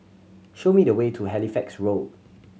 show me the way to Halifax Road